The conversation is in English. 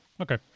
Okay